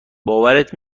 باورت